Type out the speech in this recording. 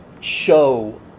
show